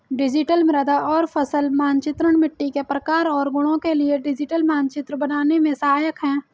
digital मृदा और फसल मानचित्रण मिट्टी के प्रकार और गुणों के लिए डिजिटल मानचित्र बनाने में सहायक है